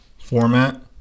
format